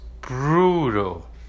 brutal